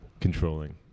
controlling